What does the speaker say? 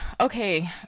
okay